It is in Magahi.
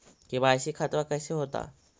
के.वाई.सी खतबा कैसे होता?